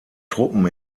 truppen